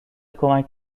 کمک